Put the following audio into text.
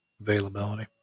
availability